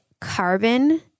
carbon